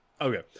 Okay